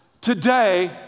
today